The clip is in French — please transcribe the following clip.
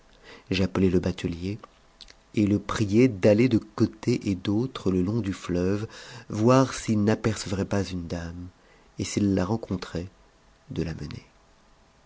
j'appelai le batelier et le priai d'aller de côté et d'autre le long du fleuve voir s'il n'apercevrait pas une dame et s'it la rencontrait de l'amener